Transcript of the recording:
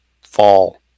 fall